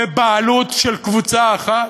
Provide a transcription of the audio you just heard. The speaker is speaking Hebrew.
בבעלות של קבוצה אחת?